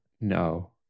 No